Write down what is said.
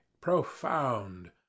Profound